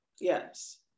Yes